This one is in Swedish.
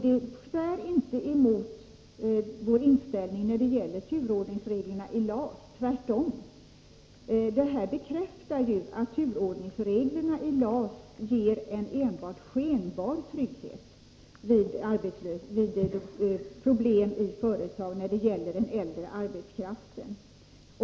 Det svär inte emot vår inställning när det gäller turordningsreglerna i LAS — tvärtom. Det bekräftar juatt turordningsreglerna i LAS ger en enbart skenbar trygghet för den äldre arbetskraften vid problem i företag.